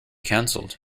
canceled